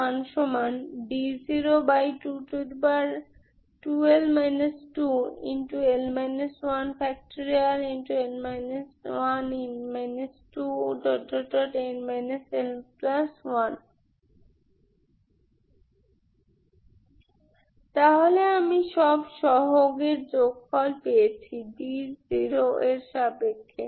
n 1n 2n l1 তাহলে আমি সব সহগ ের যোগফল পেয়েছি d0এর সাপেক্ষে